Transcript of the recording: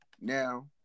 Now